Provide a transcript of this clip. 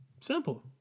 Simple